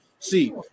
See